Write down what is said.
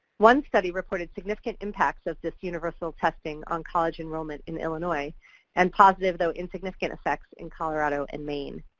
one study reported significant impacts of this universal testing on college enrollment in illinois and positive, though insignificant, effects in colorado and maine.